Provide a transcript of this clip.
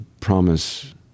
promise